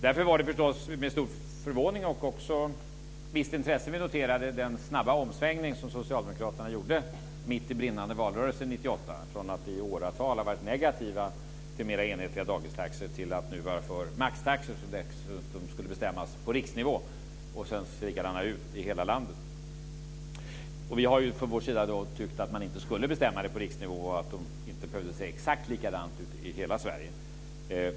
Därför var det förstås med viss förvåning, och också visst intresse, vi noterade den snabba omsvängning som socialdemokraterna gjorde mitt under brinnande valrörelse 1998. Från att i åratal ha varit negativa till mer enhetliga dagistaxor var man nu för maxtaxor som dessutom skulle bestämmas på riksnivå och se likadana ut över hela landet. Vi har ju från vår sida tyckt att man inte skulle bestämma det på riksnivå och att de inte behövde se exakt likadana ut över hela Sverige.